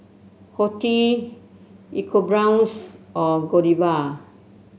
Horti EcoBrown's and Godiva